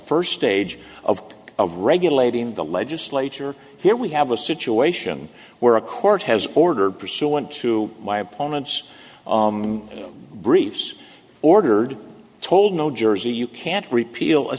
first stage of of regulating the legislature here we have a situation where a court has ordered pursuant to my opponent's briefs ordered told no jersey you can't repeal a